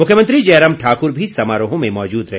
मुख्यमंत्री जयराम ठाक्र भी समारोह में मौजूद रहे